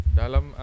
dalam